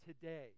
today